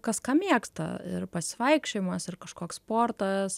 kas ką mėgsta ir pasivaikščiojimas ir kažkoks sportas